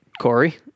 Corey